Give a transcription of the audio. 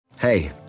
Hey